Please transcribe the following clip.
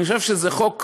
אני חושב שזה חוק ראוי,